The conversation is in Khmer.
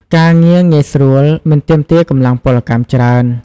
ការងារងាយស្រួល មិនទាមទារកម្លាំងពលកម្មច្រើន។